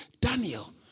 Daniel